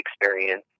experience